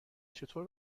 چطور